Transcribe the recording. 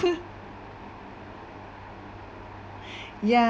ya